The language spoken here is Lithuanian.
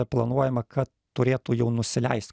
planuojama kad turėtų jau nusileist